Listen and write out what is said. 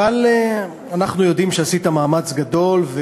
אבל אנחנו יודעים שעשית מאמץ גדול.